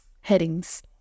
headings